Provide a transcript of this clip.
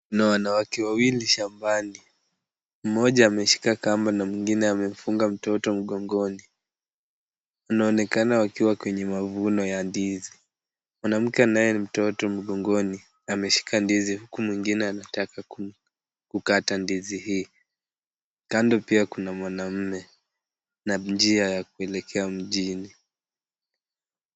Mna wanawake wawili shambani. Mmoja ameshika kamba na mwingine amefunga mtoto mgongoni. Wanaonekana wakiwa kwenye mavuno ya ndizi. Mwanamke anaye mtoto mgongoni ameshika ndizi huku mwingine anataka kuu, kukata ndizi hii. Kando pia kuna mwanamume na njia ya kuelekea mjini.